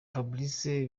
fabrice